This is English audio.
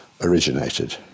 originated